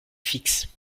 fixes